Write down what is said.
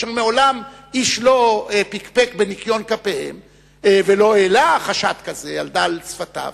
אשר מעולם איש לא פקפק בניקיון כפיהם ולא העלה חשד כזה על דל שפתיו,